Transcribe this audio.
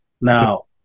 now